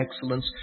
excellence